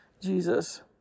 Jesus